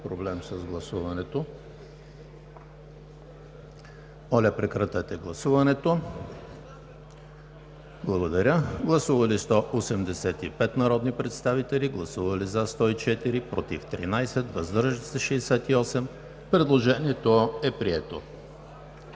Предложението е прието.